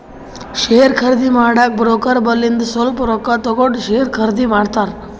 share ಖರ್ದಿ ಮಾಡಾಗ broker ಬಲ್ಲಿಂದು ಸ್ವಲ್ಪ ರೊಕ್ಕಾ ತಗೊಂಡ್ ಶೇರ್ ಖರ್ದಿ ಮಾಡ್ತಾರ್